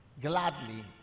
Gladly